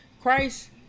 Christ